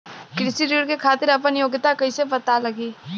कृषि ऋण के खातिर आपन योग्यता कईसे पता लगी?